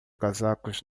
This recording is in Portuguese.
casacos